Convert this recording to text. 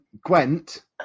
Gwent